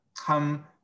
come